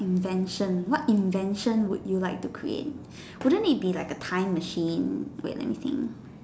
invention what invention would you like to create wouldn't it be like a time machine wait let me think